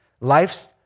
life's